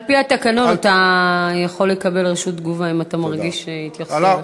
על-פי התקנון אתה יכול לקבל רשות תגובה אם אתה מרגיש שהתייחסו אליך.